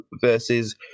versus